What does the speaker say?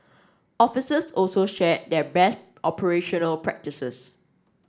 officers also shared their best operational practices